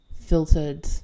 filtered